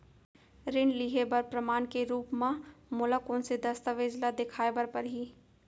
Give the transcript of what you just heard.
ऋण लिहे बर प्रमाण के रूप मा मोला कोन से दस्तावेज ला देखाय बर परही?